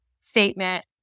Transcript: statement